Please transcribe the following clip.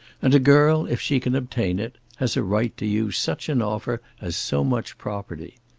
and a girl, if she can obtain it, has a right to use such an offer as so much property.